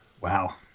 Wow